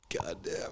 Goddamn